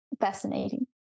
Fascinating